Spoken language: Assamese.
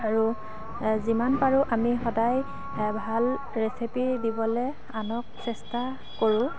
আৰু যিমান পাৰোঁ আমি সদায় ভাল ৰেচিপি দিবলৈ আনক চেষ্টা কৰোঁ